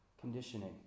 conditioning